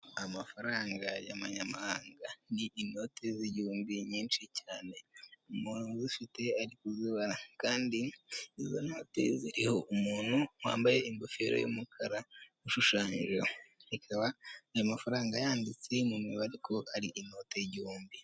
Amafaranga y'amanyamahanga ni inote z'igihumbi nyinshi cyane umuntu uzifite ari kuzibara. Kandi izo noti ziriho umuntu wambaye ingofero y'umukara ushushanyijeho. Ikaba ayo mafaranga yanditse mu mibare ko ari inota igihumbi.